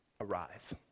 arise